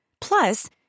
Plus